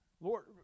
Lord